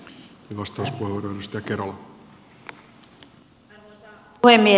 arvoisa puhemies